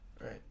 Right